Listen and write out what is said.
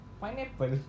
pineapple